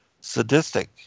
sadistic